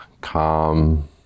calm